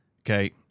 Okay